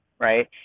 Right